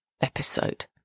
episode